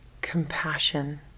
compassion